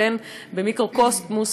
במיקרו-קוסמוס,